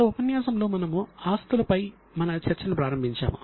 గత ఉపన్యాసంలో మనము ఆస్తులపై మన చర్చను ప్రారంభించాము